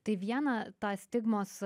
tai vieną tą stigmos